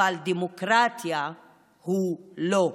אבל דמוקרטיה הם לא.